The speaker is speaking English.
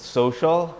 social